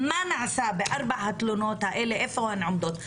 מה נעשה בארבע התלונות האלה, איפה הן עומדות?